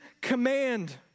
command